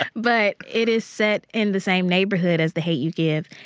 ah but it is set in the same neighborhood as the hate u give.